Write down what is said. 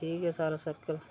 ठीक ऐ सारा सर्कल